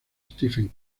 stephen